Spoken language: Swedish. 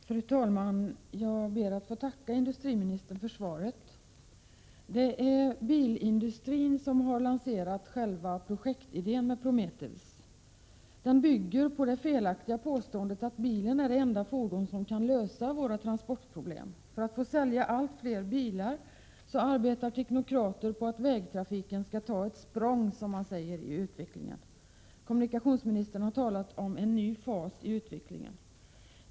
Fru talman! Jag ber att få tacka industriministern för svaret. Det är bilindustrin som har lanserat själva idén med Prometheusprojektet. Den bygger på det felaktiga påståendet att bilen är det enda fordon som kan lösa våra transportproblem. För att få sälja allt fler bilar arbetar teknokrater på att vägtrafiken skall ta ett språng i utvecklingen. Kommunikationsministern har talat om en ny fas i utvecklingen.